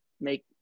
make